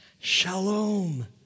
shalom